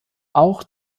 auch